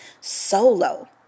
solo